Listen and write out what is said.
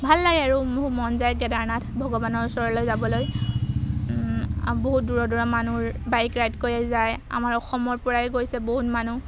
ভাল লাগে আৰু মন যায় কেদাৰনাথ ভগৱানৰ ওচৰলৈ যাবলৈ বহুত দূৰৰ দূৰ মানুহ বাইক ৰাইড কৰিয়ে যায় আমাৰ অসমৰপৰাই গৈছে বহুত মানুহ